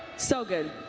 so good.